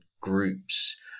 groups